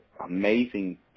amazing